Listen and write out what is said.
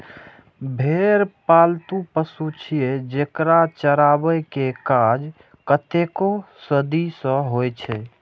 भेड़ पालतु पशु छियै, जेकरा चराबै के काज कतेको सदी सं होइ छै